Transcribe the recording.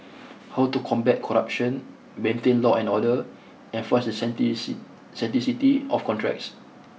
how to combat corruption maintain law and order enforce the of contracts